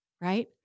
right